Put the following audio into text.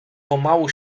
pomału